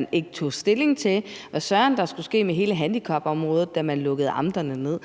netop ikke tog stilling til, hvad søren der skulle ske med hele handicapområdet, da man lukkede amterne ned.